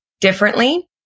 differently